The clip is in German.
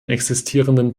existierenden